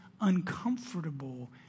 uncomfortable